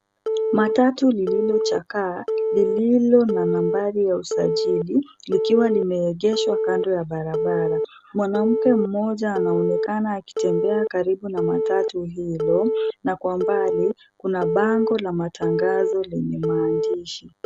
Matatu lililochakaa lililo na nambari ya usajili likiwa limeegeshwa kando ya barabara. Mwanamke mmoja anaonekana akitembea karibu na matatu hilo na kwa mbali kuna bango la matangazo lenye maandishi.